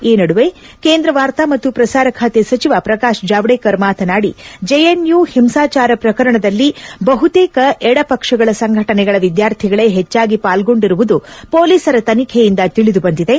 ಈ ನಡುವೆ ಕೇಂದ್ರ ವಾರ್ತಾ ಮತ್ತು ಪ್ರಸಾರ ಖಾತೆ ಸಚಿವ ಪ್ರಕಾಶ್ ಜಾವಡೇಕರ್ ಮಾತನಾಡಿ ಜೆಎನ್ಯು ಹಿಂಸಾಚಾರ ಪ್ರಕರಣದಲ್ಲಿ ಬಹುತೇಕ ಎಡಪಕ್ಷಗಳ ಸಂಘಟನೆಗಳ ವಿದ್ವಾರ್ಥಿಗಳೇ ಹೆಚ್ಚಾಗಿ ಪಾಲ್ಗೊಂಡಿರುವುದು ಪೊಲೀಸರ ತನಿಖೆಯಿಂದ ತಿಳಿದು ಬಂದಿದೆ